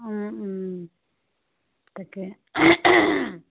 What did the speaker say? তাকে